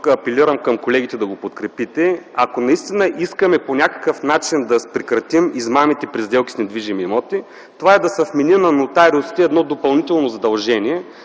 апелирам към колегите да го подкрепите: ако наистина искаме по някакъв начин да прекратим измамите при сделки с недвижими имоти, това е да се вмени на нотариусите едно допълнително задължение